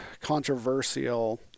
controversial